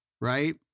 right